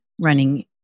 running